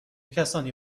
کسانی